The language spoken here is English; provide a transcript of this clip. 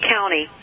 County